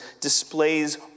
displays